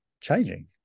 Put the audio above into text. changing